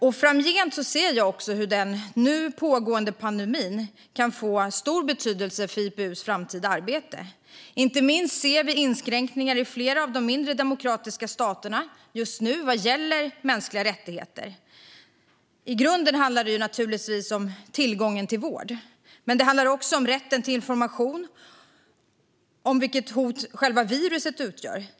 Jag ser hur den nu pågående pandemin kan få stor betydelse för IPU:s framtida arbete. Inte minst ser vi nu inskränkningar i flera av de mindre demokratiska staterna vad gäller mänskliga rättigheter. I grunden handlar det naturligtvis om tillgången till vård. Men det handlar också om rätten till information om vilket hot själva viruset utgör.